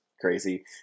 crazy